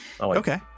Okay